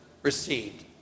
received